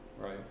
right